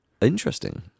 Interesting